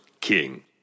king